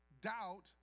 doubt